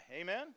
Amen